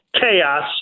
chaos